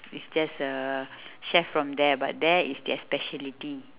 is just a chef from there but there is their speciality